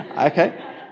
Okay